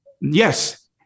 Yes